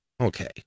okay